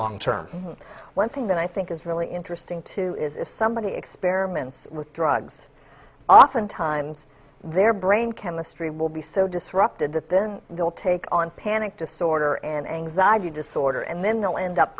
long term one thing that i think is really interesting too is if somebody experiments with drugs oftentimes their brain chemistry will be so disrupted that then they'll take on panic disorder and anxiety disorder and then they'll end up